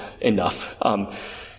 enough